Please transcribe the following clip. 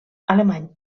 alemany